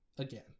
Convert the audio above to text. again